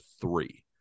three